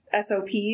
SOPs